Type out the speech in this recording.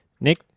Nick